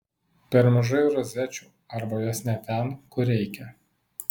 per mažai rozečių arba jos ne ten kur reikia